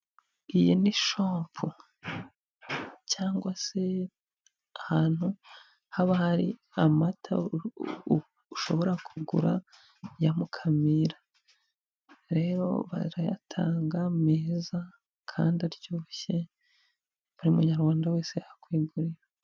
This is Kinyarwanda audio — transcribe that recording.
Iyi ni shopu. Cyangwa se ahantu haba hari amata ushobora kugura ya Mukamira. Rero barayatanga meza kandi aryoshye buri Munyarwanda wese yakwigurira.